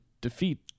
defeat